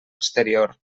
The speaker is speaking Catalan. exterior